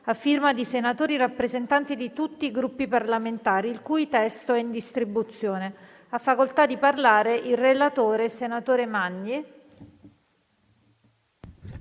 a firma di senatori rappresentanti dei Gruppi parlamentari, il cui testo è in distribuzione. Ha facoltà di parlare il relatore.